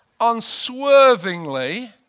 unswervingly